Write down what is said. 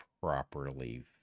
properly